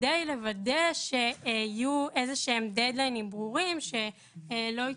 כדי לוודא שיהיו איזשהם דד-ליינים ברורים שלא יתמסמסו,